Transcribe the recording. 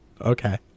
Okay